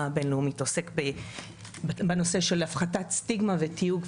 הבין-לאומית עוסק בנושא של הפחתת סטיגמה ותיוג,